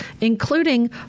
including